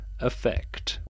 effect